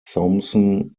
thomson